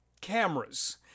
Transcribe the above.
cameras